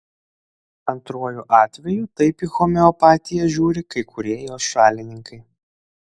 antruoju atveju taip į homeopatiją žiūri kai kurie jos šalininkai